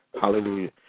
Hallelujah